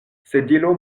sedilo